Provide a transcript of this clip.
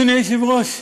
אדוני היושב-ראש,